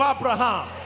Abraham